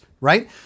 right